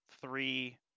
three